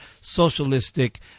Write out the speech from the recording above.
socialistic